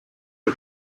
del